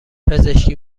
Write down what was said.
پزشکی